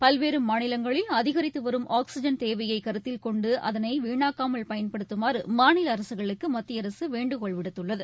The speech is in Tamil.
பல்வேறு மாநிவங்களில் அதிகரித்து வரும் ஆக்சிஜன் தேவையை கருத்தில் கொண்டு அதனை வீணாகாமல் பயன்படுத்துமாறு மாநில அரசுகளுக்கு மத்திய அரசு வேண்டுகோள் விடுத்துள்ளது